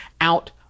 out